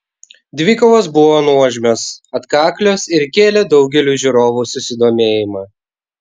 dvikovos buvo nuožmios atkaklios ir kėlė daugeliui žiūrovų susidomėjimą